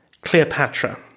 Cleopatra